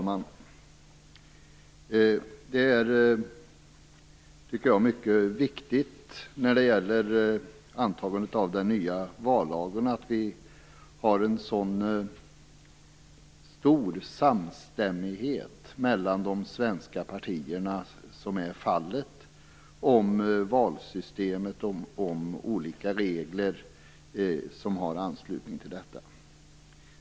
Herr talman! Vid antagandet av den nya vallagen är det mycket viktigt att vi har en sådan stor samstämmighet som vi faktiskt har mellan de svenska partierna i fråga om valsystemet och olika regler i anslutning till detta.